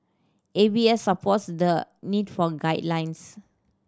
A B S supports the need for guidelines